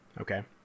okay